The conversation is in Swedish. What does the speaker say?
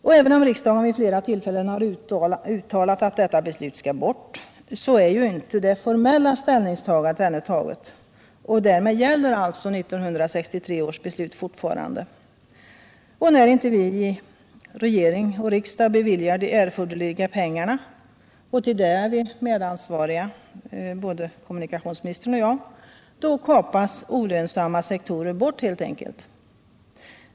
Och även om riksdagen vid flera tillfällen har uttalat att detta beslut skall bort, så är ju det formella ställningstagandet ännu inte gjort, och därmed gäller alltså 1963 års beslut fortfarande. När inte vi i riksdag och regering beviljar de erforderliga pengarna — och till det är vi medansvariga, både kommunikationsministern och jag — så kapas olönsamma sektorer bort helt enkelt.